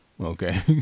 Okay